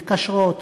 מתקשרות,